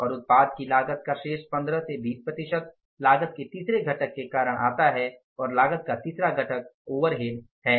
और उत्पाद की लागत का शेष 15 से 20 प्रतिशत लागत के तीसरे घटक के कारण आता है और लागत का तीसरा घटक ओवरहेड है